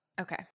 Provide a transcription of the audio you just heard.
Okay